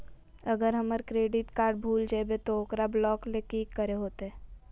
अगर हमर credit card भूल जइबे तो ओकरा ब्लॉक लें कि करे होते?